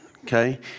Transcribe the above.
okay